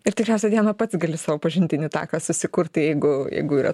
ir tikriausiai diana pati gali savo pažintinį taką susikurti jeigu jeigu yra